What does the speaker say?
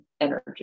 energy